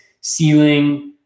ceiling